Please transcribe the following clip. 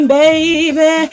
baby